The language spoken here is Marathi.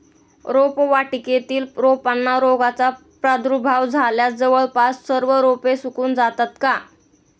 रोपवाटिकेतील रोपांना रोगाचा प्रादुर्भाव झाल्यास जवळपास सर्व रोपे सुकून जातात का?